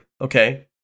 Okay